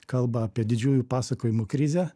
kalbą apie didžiųjų pasakojimų krizę